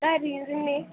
घर ई न